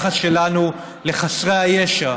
שלנו לבעלי החיים והיחס שלנו לחסרי הישע,